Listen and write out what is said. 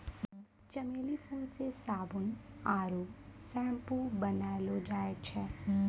चमेली फूल से साबुन आरु सैम्पू बनैलो जाय छै